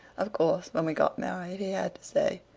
of course, when we got married he had to say,